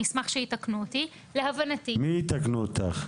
אני אשמח שיתקנו אותי --- מי יתקן אותך?